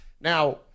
Now